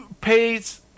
pays